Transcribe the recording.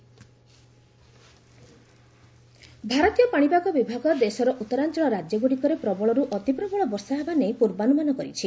IMD ଭାରତୀୟ ପାଶିପାଗ ବିଭାଗ ଦେଶର ଉତ୍ତରାଞ୍ଚଳ ରାଜ୍ୟଗୁଡ଼ିକରେ ପ୍ରବଳରୁ ଅତି ପ୍ରବଳ ବର୍ଷା ହେବାନେଇ ପୂର୍ବାନୁମାନ କରିଛି